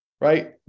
right